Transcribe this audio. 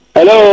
Hello